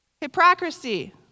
hypocrisy